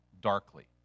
darkly